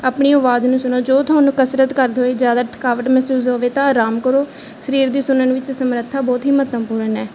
ਆਪਣੀ ਆਵਾਜ਼ ਨੂੰ ਸੁਣੋ ਜੋ ਤੁਹਾਨੂੰ ਕਸਰਤ ਕਰਦੇ ਹੋਏ ਜ਼ਿਆਦਾ ਥਕਾਵਟ ਮਹਿਸੂਸ ਹੋਵੇ ਤਾਂ ਆਰਾਮ ਕਰੋ ਸਰੀਰ ਦੀ ਸੁਣਨ ਵਿੱਚ ਸਮਰੱਥਾ ਬਹੁਤ ਹੀ ਮਹੱਤਵਪੂਰਨ ਹੈ